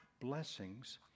blessings